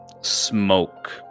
smoke